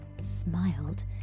smiled